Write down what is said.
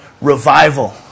revival